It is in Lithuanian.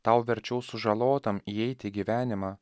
tau verčiau sužalotam įeiti į gyvenimą